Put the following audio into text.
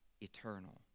eternal